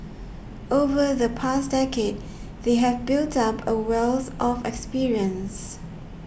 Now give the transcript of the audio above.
over the past decade they have built up a wealth of experience